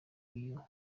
uyu